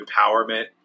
empowerment